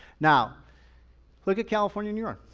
now look at california, new york.